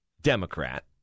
Democrat